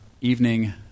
evening